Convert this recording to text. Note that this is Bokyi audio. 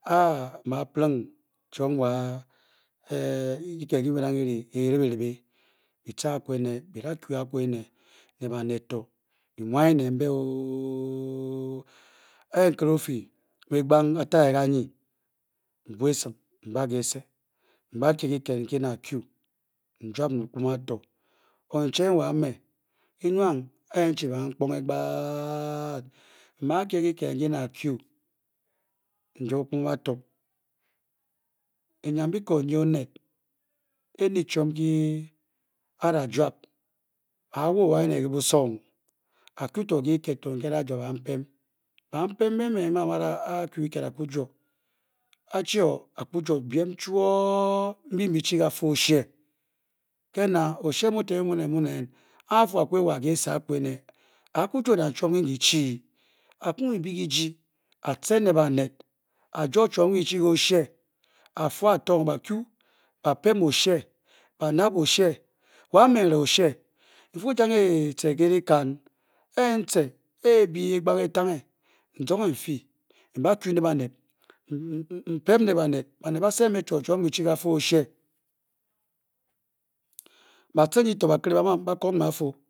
Ah! mba plenk chom ne wa nweld oh! ke keel nke mu lam peding be tur a-gu bē da pu agu ene le-bahied tor be muayen lē mbe oooh! ah lutuk opē le epank kateng kaye impuasem kese tuba due kebel nane njub pator oryen chie wa me bewank and chic ba phon oh quale oke ja bambem jor because oslue mutor ote a pu apke wa tese ne abu jo na chom be ke chic atu nab ashure wa une a-kepe epkang nye to-ten npe kese mben pemp lē banel oshue batel oslue ba ten je tor ba tor be comē tor ba fu